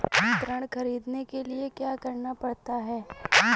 ऋण ख़रीदने के लिए क्या करना पड़ता है?